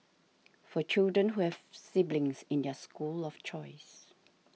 for children who have siblings in their school of choice